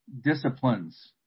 disciplines